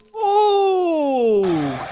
oh